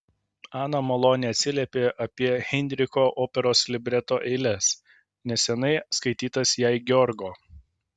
ana maloniai atsiliepė apie heinricho operos libreto eiles neseniai skaitytas jai georgo